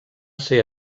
ser